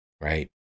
right